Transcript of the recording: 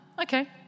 okay